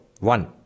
One